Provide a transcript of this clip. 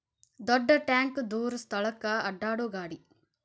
ದೊಡ್ಡ ಟ್ಯಾಂಕ ದೂರ ಸ್ಥಳಕ್ಕ ಅಡ್ಯಾಡು ಗಾಡಿ